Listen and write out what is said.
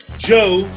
Joe